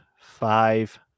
five